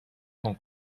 con